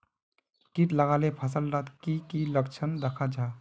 किट लगाले फसल डात की की लक्षण दखा जहा?